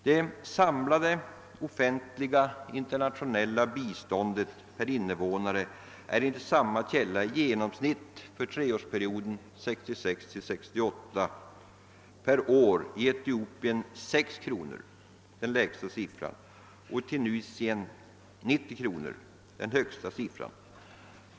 Det samlade offentliga internationella biståndet per invånare utgör enligt samma källa i genomsnitt för treårsperioden 1966—1968 per år i Etiopien 6 kr. — detta är den lägsta siffran — och i Tunisien 90 kr., som är den högsta siffran.